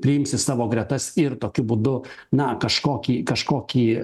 priims į savo gretas ir tokiu būdu na kažkokį kažkokį